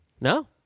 No